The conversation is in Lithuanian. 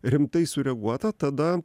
rimtai sureaguota tada